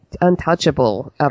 untouchable